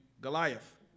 Goliath